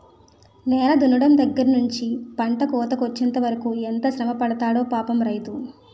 నేల దున్నడం దగ్గర నుంచి పంట కోతకొచ్చెంత వరకు ఎంత శ్రమపడతాడో పాపం రైతు